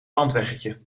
landweggetje